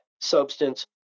substance